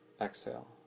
exhale